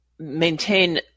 maintain